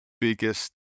biggest